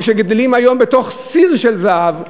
או שגדלים היום בתוך סיר של זהב,